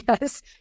Yes